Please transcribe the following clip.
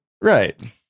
right